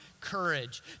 courage